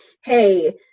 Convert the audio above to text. hey